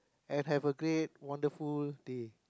and have a great wonderful day